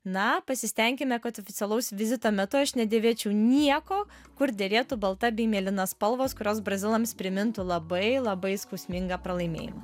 na pasistenkime kad oficialaus vizito metu aš nedėvėčiau nieko kur derėtų balta bei mėlyna spalvos kurios brazilams primintų labai labai skausmingą pralaimėjimą